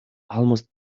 almost